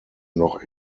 noch